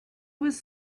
was